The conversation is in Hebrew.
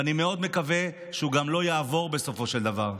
ואני מאוד מקווה שהוא גם לא יעבור בסופו של דבר,